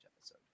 episode